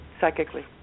psychically